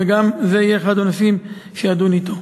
וזה יהיה אחד הנושאים שאדון עליהם אתו.